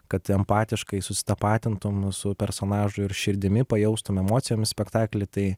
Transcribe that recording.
kad empatiškai susitapatintum su personažu ir širdimi pajaustum emocijomis spektaklį tai